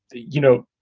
you know,